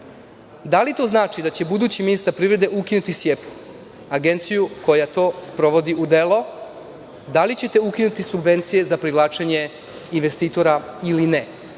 li to znači da će budući ministar privrede ukinuti „SJEPU“, agenciju koja to sprovodi u delo, da li ćete ukinuti subvencije za privlačenje investitora ili ne?